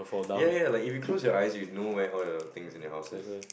ya ya like if you close your eyes you know where all your things in your houses